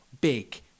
big